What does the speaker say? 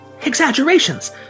Exaggerations